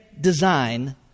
design